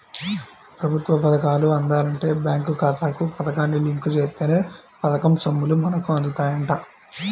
ప్రభుత్వ పథకాలు అందాలంటే బేంకు ఖాతాకు పథకాన్ని లింకు జేత్తేనే పథకం సొమ్ములు మనకు అందుతాయంట